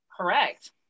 Correct